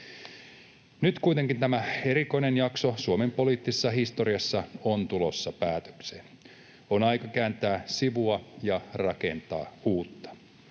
Nyt kuitenkin tämä erikoinen jakso Suomen poliittisessa historiassa on tulossa päätökseen. On aika kääntää sivua ja rakentaa uutta.